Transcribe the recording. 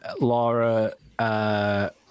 Laura